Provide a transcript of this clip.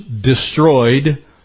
destroyed